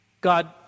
God